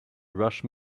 rush